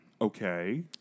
Okay